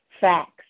facts